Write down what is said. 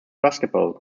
basketball